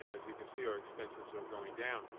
you know as you can see, our expenses are going down.